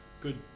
Good